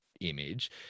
image